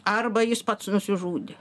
arba jis pats nusižudė